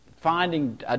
finding